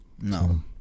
No